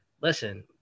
listen